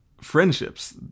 friendships